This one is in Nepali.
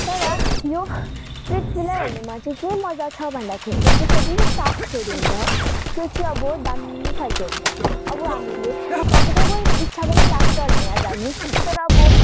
तर यो स्प्लिट्सभिल्ला हेर्नुमा चाहिँ के मजा छ भन्दाखेरि चाहिँ त्यसमा जुन चाहिँ टास्कहरू हुन्छ त्यो चाहिँ अब दामी खालके हुन्छ अब हामीले सबैको पनि त इच्छा पनि लाग्छ होला यहाँ जानु तर अब